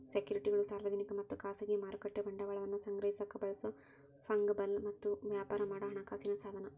ಸೆಕ್ಯುರಿಟಿಗಳು ಸಾರ್ವಜನಿಕ ಮತ್ತ ಖಾಸಗಿ ಮಾರುಕಟ್ಟೆ ಬಂಡವಾಳವನ್ನ ಸಂಗ್ರಹಿಸಕ ಬಳಸೊ ಫಂಗಬಲ್ ಮತ್ತ ವ್ಯಾಪಾರ ಮಾಡೊ ಹಣಕಾಸ ಸಾಧನ